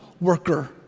worker